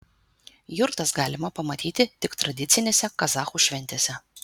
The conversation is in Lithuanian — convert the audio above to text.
jurtas galima pamatyti tik tradicinėse kazachų šventėse